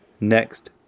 next